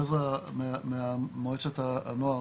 החבר'ה ממועצת הנוער,